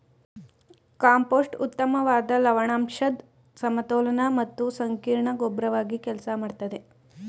compost ಉತ್ತಮ್ವಾದ ಲವಣಾಂಶದ್ ಸಮತೋಲನ ಮತ್ತು ಸಂಕೀರ್ಣ ಗೊಬ್ರವಾಗಿ ಕೆಲ್ಸ ಮಾಡ್ತದೆ